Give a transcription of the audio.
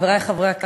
חברי חברי הכנסת,